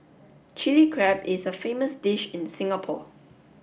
Chilli Crab is a famous dish in Singapore